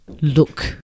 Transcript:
look